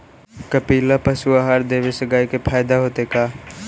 कपिला पशु आहार देवे से गाय के फायदा होतै का?